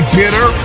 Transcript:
bitter